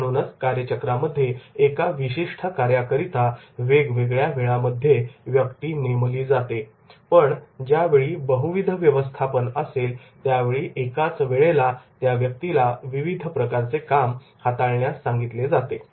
म्हणूनच कार्यचक्रामध्ये एका विशिष्ट कार्याकरीता वेगवेगळ्या वेळामध्ये व्यक्ती नेमली जाते पण ज्यावेळी बहुविध व्यवस्थापन असेल त्यावेळी एकाच वेळेला त्या व्यक्तीला विविध प्रकारचे काम हाताळण्यास सांगितले जाते